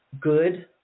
good